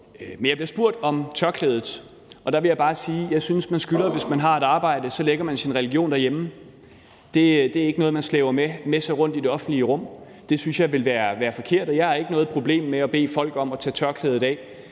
Jeg bliver spurgt om tørklædet, og der vil jeg bare sige, at jeg synes, at man skylder, hvis man har et arbejde, at lægge sin religion derhjemme. Det er ikke noget, man slæber med sig rundt i det offentlige rum. Det synes jeg ville være forkert, og jeg har ikke noget problem med at bede folk om at tage tørklædet af